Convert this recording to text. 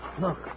Look